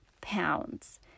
pounds